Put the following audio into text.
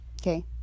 Okay